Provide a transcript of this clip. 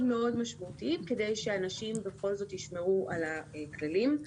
מאוד משמעותיים כדי שאנשים בכל זאת ישמרו על הכללים.